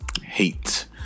hate